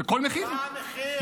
מה המחיר?